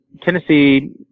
Tennessee